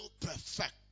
perfect